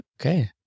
Okay